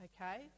okay